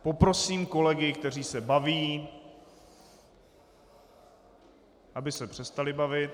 Poprosím kolegy, kteří se baví, aby se přestali bavit.